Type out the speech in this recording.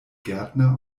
gärtner